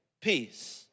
peace